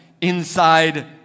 inside